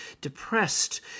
depressed